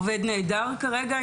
עובד נהדר כרגע,